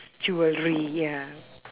jewellery ya